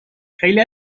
خیلی